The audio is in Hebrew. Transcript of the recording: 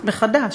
מחדש,